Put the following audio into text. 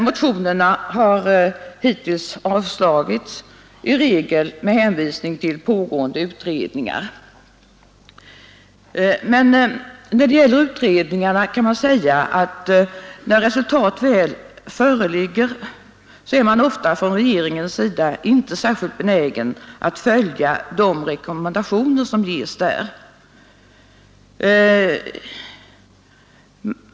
Motionerna har hittills avslagits — i regel med hänvisning till pågående utredningar. Men när resultatet av dessa utredningar väl föreligger är regeringen ofta inte särskilt benägen att följa de rekommendationer som där görs.